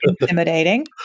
intimidating